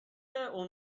اون